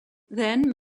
then